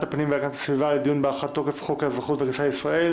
הפנים והגנת הסביבה לדיון בהארכת תוקף חוק האזרחות והכניסה לישראל.